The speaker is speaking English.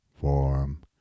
form